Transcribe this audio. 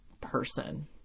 person